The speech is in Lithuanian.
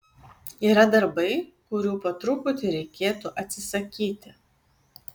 yra darbai kurių po truputį reikėtų atsisakyti